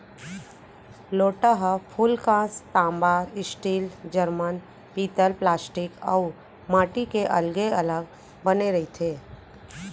लोटा ह फूलकांस, तांबा, स्टील, जरमन, पीतल प्लास्टिक अउ माटी के अलगे अलग बने रथे